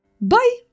Bye